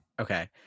Okay